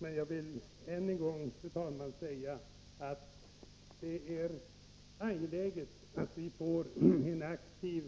Men jag vill än en gång säga, fru talman, att det är angeläget att vi får en aktiv